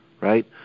right